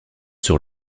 sur